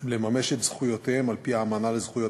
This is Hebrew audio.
לממש את זכויותיהם על-פי האמנה לזכויות